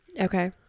Okay